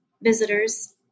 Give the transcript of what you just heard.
visitors